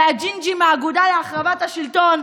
והג'ינג'י מהאגודה להחרבת השלטון,